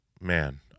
man